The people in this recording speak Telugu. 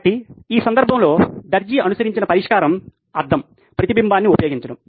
కాబట్టి ఈ సందర్భంలో దర్జీ అనుసరించిన పరిష్కారం అద్దం ప్రతిబింబాన్ని ఉపయోగించడం